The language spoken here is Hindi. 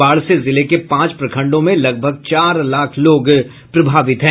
बाढ़ से जिले के पांच प्रखंडों में लगभग चार लाख लोग प्रभावित हैं